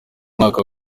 mwaka